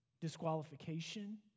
disqualification